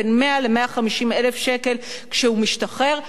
בין 100,000 ל-150,000 שקל כשהוא משתחרר.